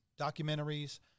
documentaries